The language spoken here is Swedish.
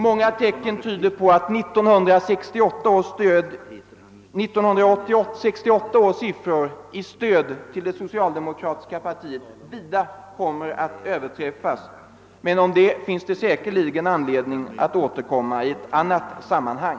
Många tecken tyder på att 1968 års siffror när det gäller stödet till det socialdemokratiska partiet i år vida kommer att överträffas. Men till den saken blir det säkert anledning att återkomma i ett annat sammanhang.